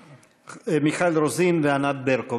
מיכל רוזין וענת ברקו.